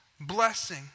blessing